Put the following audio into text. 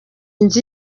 nzu